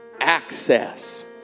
access